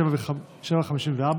ב-19:54,